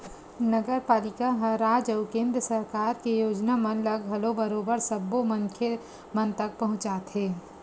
नगरपालिका ह राज अउ केंद्र सरकार के योजना मन ल घलो बरोबर सब्बो मनखे मन तक पहुंचाथे